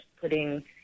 putting